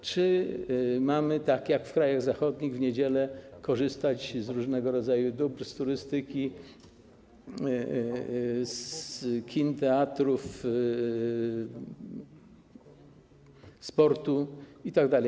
Czy może mamy, tak jak w krajach zachodnich, w niedziele korzystać z różnego rodzaju dóbr: turystyki, kin, teatrów, sportu itd.